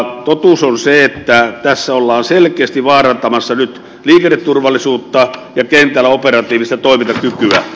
totuus on se että tässä ollaan selkeästi vaarantamassa nyt liikenneturvallisuutta ja kentällä operatiivista toimintakykyä